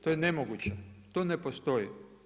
To je nemoguće, to ne postoji.